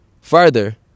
Further